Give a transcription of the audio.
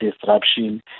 disruption